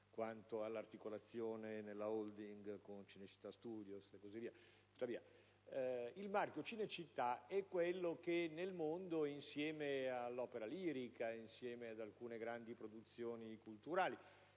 quanto all'articolazione nella *holding*, con Cinecittà Studios, e così via), è quello che nel mondo, insieme all'opera lirica e ad alcune grandi produzioni culturali,